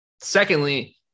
Secondly